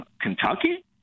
Kentucky